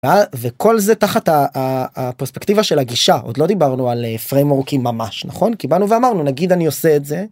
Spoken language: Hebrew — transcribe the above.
וכל זה תחת הפרספקטיבה של הגישה עוד לא דיברנו על פרמורקים ממש נכון קיבלנו ואמרנו נגיד אני עושה את זה.